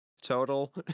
total